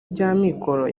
by’amikoro